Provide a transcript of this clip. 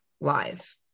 live